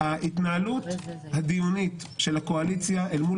ההתנהלות הדיונית של הקואליציה אל מול